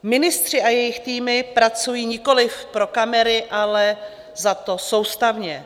Ministři a jejich týmy pracují nikoliv pro kamery, ale zato soustavně.